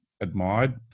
admired